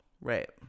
Right